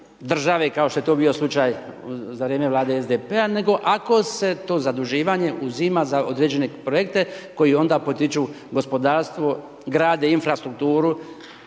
kao što je bio slučaj za vrijeme Vlade SDP-a, nego ako se to zaduživanje uzima za određene projekte koji onda potiču gospodarstvo, grade infrastrukturu,